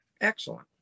excellent